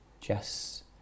Jess